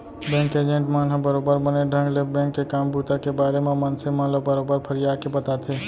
bank के agent मन ह बरोबर बने ढंग ले बेंक के काम बूता के बारे म मनसे मन ल बरोबर फरियाके बताथे